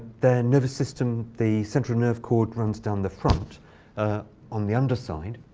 their nervous system the central nerve cord runs down the front ah on the underside.